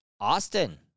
Austin